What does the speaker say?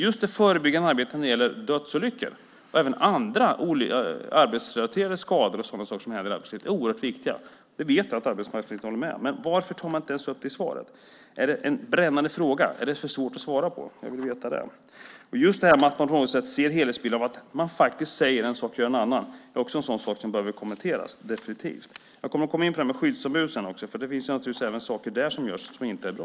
Just det förebyggande arbetet när det gäller dödsolyckor, och även arbetsrelaterade skador och sådana saker som händer i arbetslivet, är oerhört viktigt. Det vet jag att arbetsmarknadsministern håller med om. Men varför tar han inte ens upp det i svaret? Är det en brännande fråga? Är det för svårt att svara på? Jag vill veta det. Just att vi kan se den här helhetsbilden av att man säger en sak och gör en annan är någonting som definitivt behöver kommenteras. Jag kommer sedan in på frågan om skyddsombud, för även där finns det naturligtvis saker som görs som inte är bra.